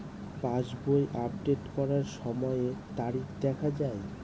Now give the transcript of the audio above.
পাসবই update করার সময়ে তারিখ দেখা য়ায়?